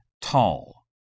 tall